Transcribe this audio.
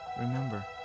Remember